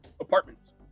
apartments